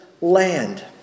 land